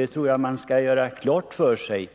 Jag tror att man inom regeringen skall göra klart för sig